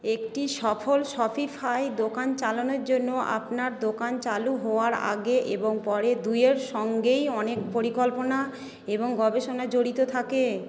একটি সফল শপিফাই দোকান চালানোর জন্য আপনার দোকান চালু হওয়ার আগে এবং পরে দুইয়ের সঙ্গেই অনেক পরিকল্পনা এবং গবেষণা জড়িত থাকে